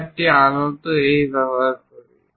বা একটি আনত A ব্যবহার করি